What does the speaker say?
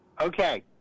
Okay